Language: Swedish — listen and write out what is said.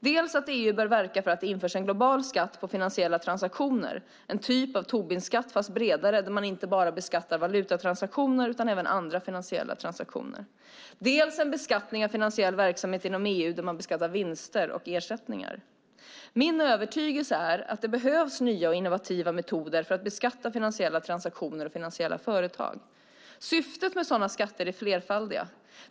Dels bör EU verka för att det införs en global skatt på finansiella transaktioner - en typ av Tobinskatt fast bredare, där man inte bara beskattar valutatransaktioner utan även andra finansiella transaktioner - dels en beskattning av finansiell verksamhet inom EU, där man beskattar vinster och ersättningar. Min övertygelse är att det behövs nya och innovativa metoder för att beskatta finansiella transaktioner och finansiella företag. Syftet med sådana skatter är flerfaldigt.